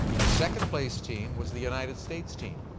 the second place team was the united states team.